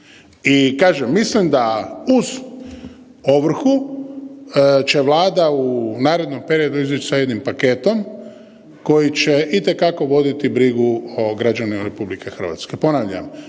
I kažem mislim da uz ovrhu će Vlada u narednom periodu izaći s jednim paketom koji će itekako voditi brigu o građanima RH. Ponavljam,